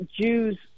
Jews